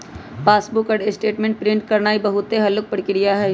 passbook पर statement print करानाइ बहुते हल्लुक प्रक्रिया हइ